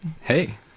Hey